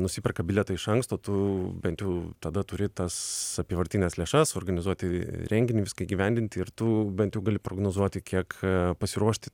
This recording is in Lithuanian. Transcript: nusiperka bilietą iš anksto tu bent jau tada turi tas apyvartines lėšas suorganizuoti renginį viską įgyvendinti ir tu bent gali prognozuoti kiek pasiruošti